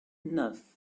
neuf